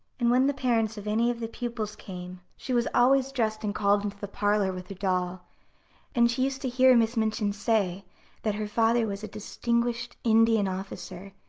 and when the parents of any of the pupils came, she was always dressed and called into the parlor with her doll and she used to hear miss minchin say that her father was a distinguished indian officer,